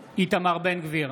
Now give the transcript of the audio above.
אינו נוכח איתמר בן גביר,